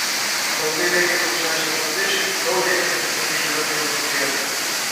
balsai lėkė plačiu ežero paviršium gaudė atsimušdami į žalias krantų girias